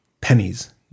pennies